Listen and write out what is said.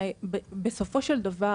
ובסופו של דבר,